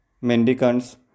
mendicants